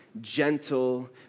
gentle